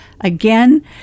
again